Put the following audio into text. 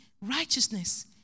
Righteousness